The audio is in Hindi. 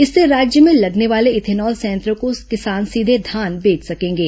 इससे राज्य में लगने वाले इथेनॉल संयंत्रों को किसान सीधे धान बेच सकेंगे